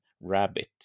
rabbit